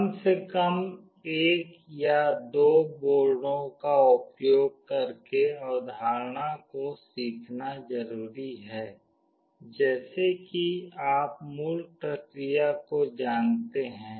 कम से कम एक या दो बोर्डों का उपयोग करके अवधारणा को सीखना जरुरी है जैसे कि आप मूल प्रक्रिया को जानते हैं